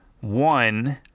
One